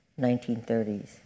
1930s